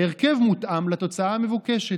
ההרכב מותאם לתוצאה המבוקשת.